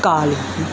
ਕਾਲਕੀ